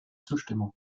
zustimmung